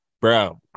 Bro